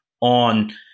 on